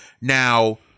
Now